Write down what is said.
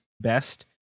best